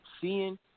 seeing